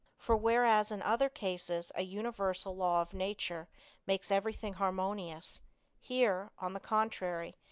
for whereas in other cases a universal law of nature makes everything harmonious here, on the contrary,